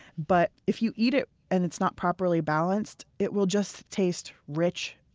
but if you eat it and it's not properly balanced, it will just taste rich,